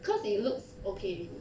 cause it looks okay already